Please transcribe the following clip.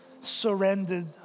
surrendered